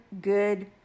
good